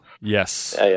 yes